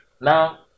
Now